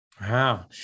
Wow